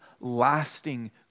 lasting